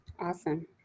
Awesome